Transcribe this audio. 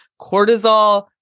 Cortisol